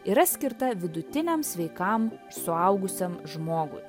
yra skirta vidutiniam sveikam suaugusiam žmogui